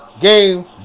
game